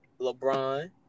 LeBron